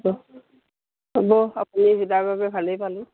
হ'ব আপুনি ভালেই পালোঁ